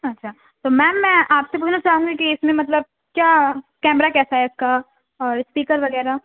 اچھا تو میم میں آپ سے پوچھنا چاہوں گی کہ اس میں مطلب کیا کیمرہ کیسا ہے اس کا اور اسپیکر وغیرہ